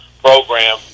program